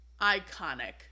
Iconic